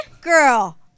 Girl